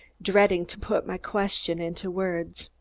dreading to put my questions into words.